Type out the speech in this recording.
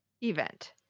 event